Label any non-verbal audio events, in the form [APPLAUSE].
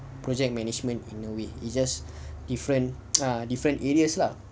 project management in a way it's just different [NOISE] different areas lah